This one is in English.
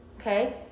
Okay